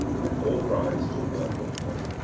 and all rise to work or play.